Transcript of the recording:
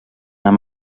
amb